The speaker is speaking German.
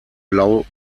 blau